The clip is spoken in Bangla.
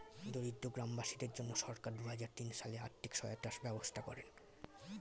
দরিদ্র গ্রামবাসীদের জন্য সরকার দুহাজার তিন সালে আর্থিক সহায়তার ব্যবস্থা করেন